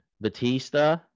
Batista